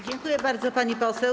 Dziękuję bardzo, pani poseł.